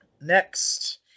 next